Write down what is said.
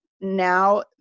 now